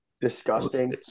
Disgusting